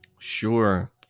Sure